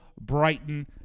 Brighton